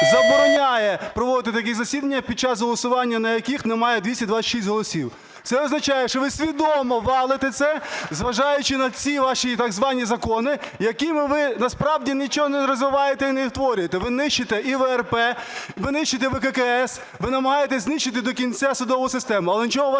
забороняє проводити такі засідання під час голосування, на яких немає 226 голосів. Це означає, що ви свідомо "валите" це, зважаючи на ці ваші так звані закони, якими ви насправді нічого не розвиваєте і не створюєте. Ви нищите і ВРП, ви нищите ВККС, ви намагаєтесь знищити до кінця судову систему.